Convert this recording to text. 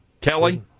kelly